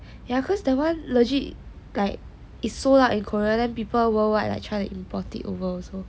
ya cause that one legit like is sold out in Korea then people worldwide like try to import it over also